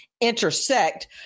Intersect